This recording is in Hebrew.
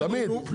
תמיד.